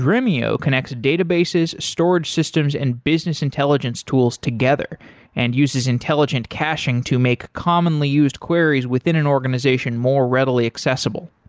dremio connect databases, storage systems and business intelligence tools together and uses intelligent caching to make commonly used queries within an organization more readily accessible.